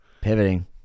Pivoting